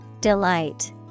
Delight